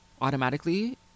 Automatically